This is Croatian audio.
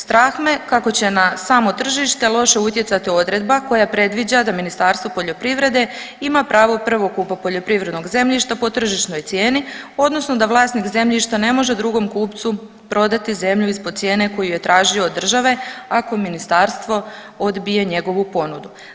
Strah me kako će na samo tržište loše utjecati odredba koja predviđa da Ministarstvo poljoprivrede ima pravo prvokupa poljoprivrednog zemljišta po tržišnoj cijeni odnosno da vlasnik zemljišta ne može drugom kupcu prodati zemlju ispod cijene koju je tražio od države ako Ministarstvo odbije njegovu ponudu.